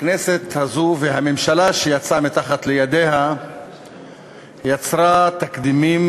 הכנסת הזאת והממשלה שיצאה מתחת ידיה יצרו תקדימים